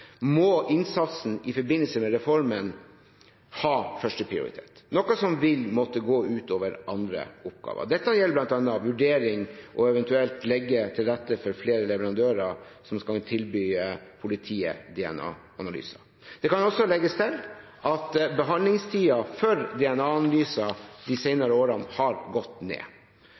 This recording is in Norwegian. må innsatsen i forbindelse med reformen ha førsteprioritet, noe som vil måtte gå ut over andre oppgaver. Dette gjelder bl.a. vurdering av og eventuelt å legge til rette for flere leverandører som kan tilby politiet DNA-analyser. Det kan også legges til at behandlingstiden for DNA-analyser de senere årene har gått ned.